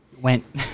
went